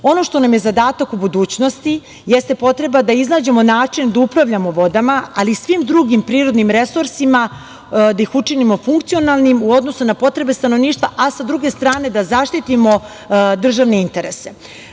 što nam je zadatak u budućnosti jeste potreba da iznađemo način da upravljamo vodama, ali i svim drugim prirodnim resursima, da ih učinimo funkcionalnim u odnosu na potrebe stanovništva, a sa druge strane da zaštitimo državne interese. Možda